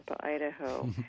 Idaho